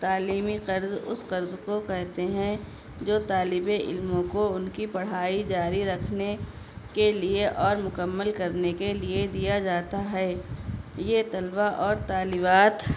تعلیمی قرض اس قرض کو کہتے ہیں جو طالب علموں کو ان کی پڑھائی جاری رکھنے کے لیے اور مکمل کرنے کے لیے دیا جاتا ہے یہ طلبا اور طالبات